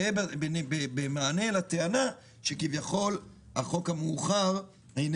זה במענה לטענה שכביכול החוק המאוחר אינו